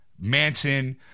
Manson